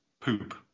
Poop